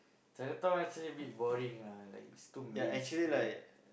Chinatown actually a bit boring ah like it's too mainstream